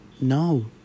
no